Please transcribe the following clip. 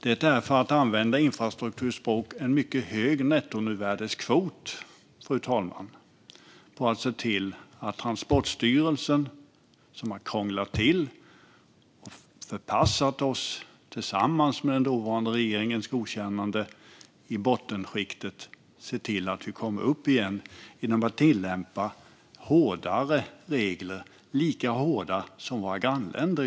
Det är, för att använda infrastrukturspråk, en mycket hög nettomervärdeskvot, fru talman, på att Transportstyrelsen, som har krånglat till det och med den dåvarande regeringens godkännande har förpassat oss till bottenskiktet, ska se till att vi kommer upp igen genom att tillämpa hårdare regler, lika hårda som i våra grannländer.